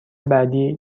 بعدی